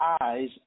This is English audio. eyes